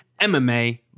MMA